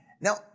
Now